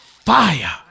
fire